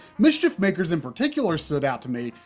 mischief makers in particular stood out to me,